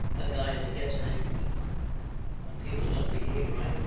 a guy that get's angry when people don't behave right.